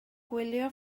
gwylio